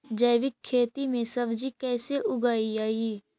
जैविक खेती में सब्जी कैसे उगइअई?